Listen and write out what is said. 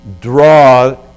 draw